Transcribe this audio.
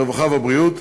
הרווחה והבריאות: